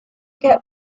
get